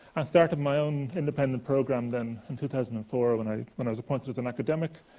and started my own independent program, then, in two thousand and four when i when i was appointed as an academic.